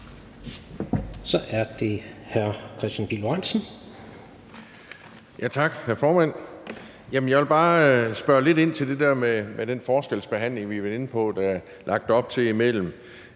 Kl. 11:54 Kristian Pihl Lorentzen (V): Tak, hr. formand. Jeg vil bare spørge lidt ind til det der med den forskelsbehandling, vi har været inde på, og som der er lagt op til mellem